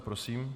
Prosím.